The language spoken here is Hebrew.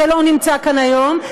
שלא נמצא כאן היום,